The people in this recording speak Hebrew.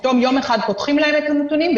פתאום יום אחד פותחים להם את הנתונים,